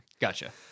Gotcha